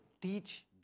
teach